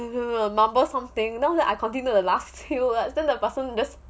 mumbled something you know that I continued the last two words then the person just